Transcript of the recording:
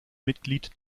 mitglied